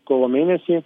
kovo mėnesį